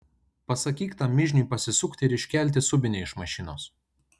pasakyk tam mižniui pasisukti ir iškelti subinę iš mašinos